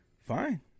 Fine